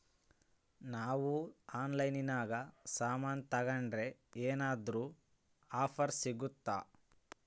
ನಾವು ಆನ್ಲೈನಿನಾಗ ಸಾಮಾನು ತಗಂಡ್ರ ಏನಾದ್ರೂ ಆಫರ್ ಸಿಗುತ್ತಾ?